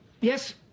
Yes